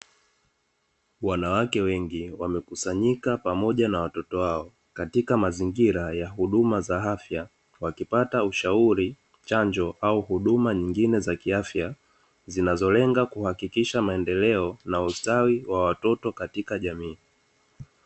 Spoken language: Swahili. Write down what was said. Wanawake wengi wamekusanyika pamoja na watoto wao katika mazingira ya huduma za afya, wakipata ushauri, chanjo au huduma nyingine za kiafya, zinazolenga kuhakikisha maendeleo na ustawi wa watoto katika jamii.